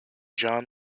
john